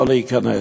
לא להיכנס.